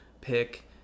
pick